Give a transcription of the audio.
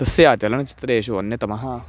तस्य चलनचित्रेषु अन्यतमः